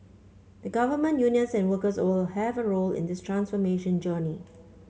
the government unions and workers all have a role in this transformation journey